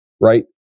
right